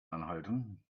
anhalten